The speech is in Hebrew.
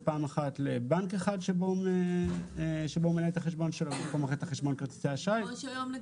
פורום מחוללי תחרות שאני היושב-ראש שלו.